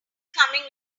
coming